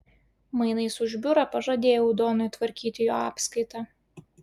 mainais už biurą pažadėjau donui tvarkyti jo apskaitą